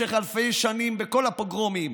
במשך אלפי שנים, בכל הפוגרומים,